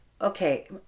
okay